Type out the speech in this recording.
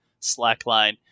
slackline